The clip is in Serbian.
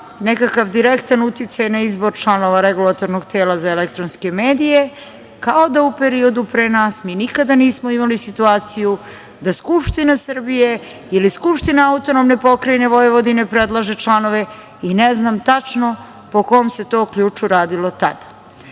nekakav direktan uticaj na izbor članova Regulatornog tela za elektronske medije, kao da u periodu pre nas… Mi nikada nismo imali situaciju da Skupština Srbije ili Skupština AP Vojvodine predlaže članove i ne znam tačno po kom se to ključu radilo tad. Ako